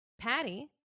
Patty